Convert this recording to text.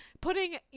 putting